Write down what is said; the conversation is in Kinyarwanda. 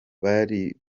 bari